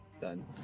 Done